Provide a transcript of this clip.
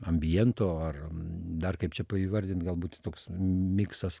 ambijento ar dar kaip čia įvardint galbūt toks miksas